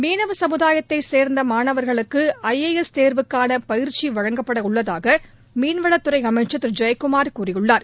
மீனவ சமுதாயத்தை சேர்ந்த மாணவர்களுக்கு ஐ ஏ எஸ் தேர்வுக்கான பயிற்சி வழங்கப்படவுள்ளதாக மீன்வளத்துறை அமைச்சர் திரு ஜெயக்குமார் கூறியுள்ளார்